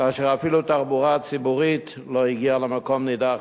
כאשר אפילו תחבורה ציבורית לא הגיעה למקום נידח